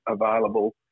available